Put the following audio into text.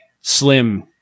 slim